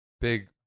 Big